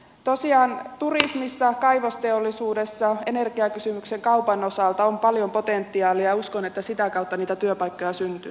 tosiaan turismissa kaivosteollisuudessa energiakysymyksen kaupan osalta on paljon potentiaalia ja uskon että sitä kautta niitä työpaikkoja syntyy